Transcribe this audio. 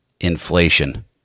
Inflation